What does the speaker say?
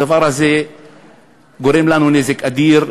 הדבר הזה גורם לנו נזק אדיר,